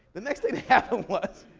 the next thing that happened was,